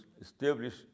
establish